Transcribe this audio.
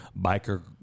biker